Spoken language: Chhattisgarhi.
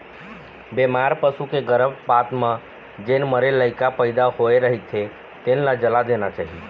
बेमार पसू के गरभपात म जेन मरे लइका पइदा होए रहिथे तेन ल जला देना चाही